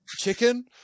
chicken